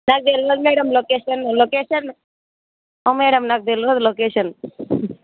నాకు తెలియదు madam location location ఆ మ్యాడమ్ నాకు తెలియదు లోకేషన్